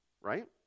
Right